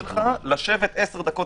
לשבת עשר דקות,